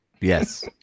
Yes